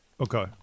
Okay